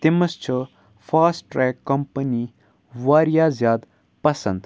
تٔمِس چھُ فاسٹرٛٮ۪ک کَمپٔنی واریاہ زیادٕ پَسَنٛد